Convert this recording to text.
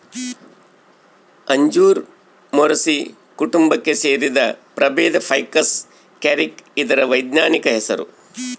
ಅಂಜೂರ ಮೊರಸಿ ಕುಟುಂಬಕ್ಕೆ ಸೇರಿದ ಪ್ರಭೇದ ಫೈಕಸ್ ಕ್ಯಾರಿಕ ಇದರ ವೈಜ್ಞಾನಿಕ ಹೆಸರು